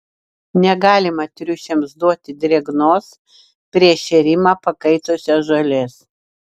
negalima triušiams duoti drėgnos prieš šėrimą pakaitusios žolės